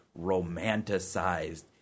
romanticized